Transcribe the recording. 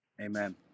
Amen